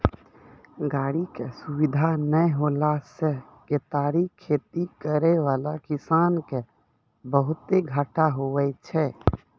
गाड़ी के सुविधा नै होला से केतारी खेती करै वाला किसान के बहुते घाटा हुवै छै